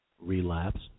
relapse